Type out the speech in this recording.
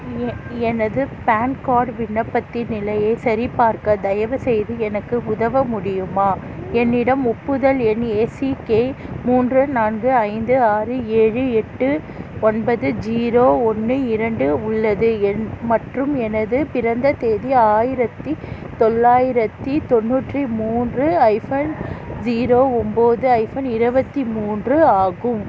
எ எனது PAN card விண்ணப்பத்தின் நிலையை சரிபார்க்க தயவுசெய்து எனக்கு உதவ முடியுமா என்னிடம் ஒப்புதல் எண் ஏசிகே மூன்று நான்கு ஐந்து ஆறு ஏழு எட்டு ஒன்பது ஜீரோ ஒன்று இரண்டு உள்ளது என் மற்றும் எனது பிறந்த தேதி ஆயிரத்து தொள்ளாயிரத்து தொண்ணூற்றி மூன்று ஹைஃபன் ஜீரோ ஒம்பது ஹைஃபன் இருபத்தி மூன்று ஆகும்